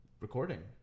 Recording